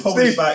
Steve